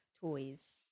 toys